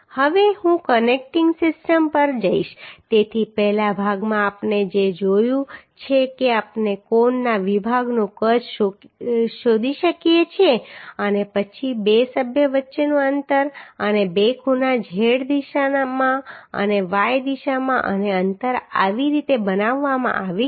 હવે હું connecting system પર જઈશ તેથી પહેલા ભાગમાં આપણે જે જોયું છે કે આપણે કોણના વિભાગનું કદ શોધી શકીએ છીએ અને પછી બે સભ્યો વચ્ચેનું અંતર અને બે ખૂણા z દિશામાં અને y દિશામાં અને અંતર આવી રીતે બનાવવામાં આવ્યું છે